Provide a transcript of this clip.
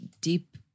deep